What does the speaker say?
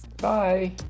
Bye